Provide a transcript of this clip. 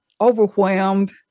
overwhelmed